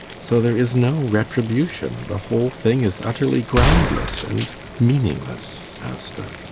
so there is no retribution the whole thing is utterly groundless and meaningless, asta